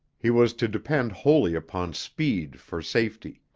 he was to depend wholly upon speed for safety.